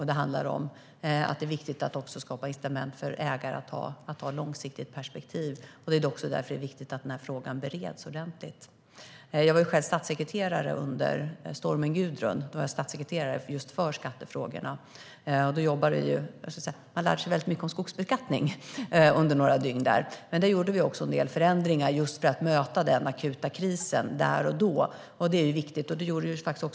Det är viktigt att skapa incitament för ägare att ha ett långsiktigt perspektiv. Det är också därför det är viktigt att frågan bereds ordentligt. Jag var själv statssekreterare för just skattefrågorna under stormen Gudrun. Man lärde sig där väldigt mycket om skogsbeskattning under några dygn. Vi gjorde en del förändringar just för att möta den akuta krisen där och då. Det är viktigt.